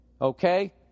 okay